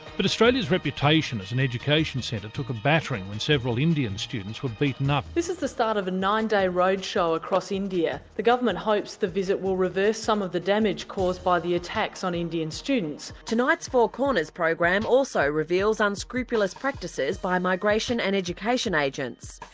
but australia's reputation is an education centre took a battering when several indian students were beaten up. this is the start of a nine-day roadshow across india. the government hopes the visit will reverse some of the damage caused by the attacks on indian students. tonight's four corners program also reveals unscrupulous practices by migration and education agents.